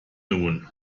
nun